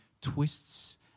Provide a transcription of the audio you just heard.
twists